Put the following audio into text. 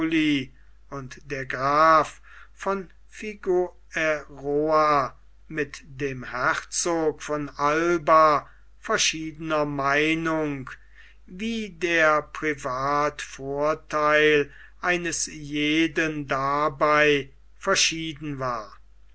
und der graf von figueroa mit dem herzog von alba verschiedener meinung wie der privatvortheil eines jeden dabei verschieden war